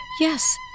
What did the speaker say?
Yes